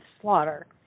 slaughter